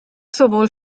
sowohl